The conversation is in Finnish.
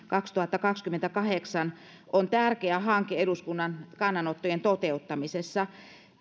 kaksituhattakaksikymmentäkahdeksan on tärkeä hanke eduskunnan kannanottojen toteuttamisessa